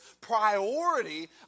priority